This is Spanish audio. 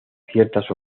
ciertas